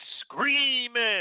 screaming